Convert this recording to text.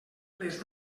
les